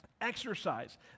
Exercise